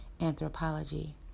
anthropology